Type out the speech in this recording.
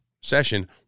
session –